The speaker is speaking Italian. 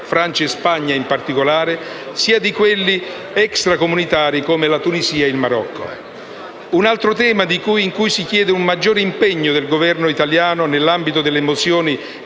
Francia e Spagna in particolare, sia di quelli extracomunitari, come la Tunisia e il Marocco. Un altro tema in cui si chiede un maggiore impegno del Governo italiano, nell'ambito delle mozioni